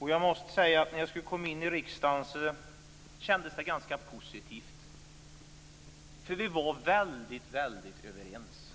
Jag måste säga att när jag skulle komma in i riksdagen kändes det ganska positivt, då vi var väldigt överens.